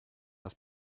das